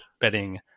betting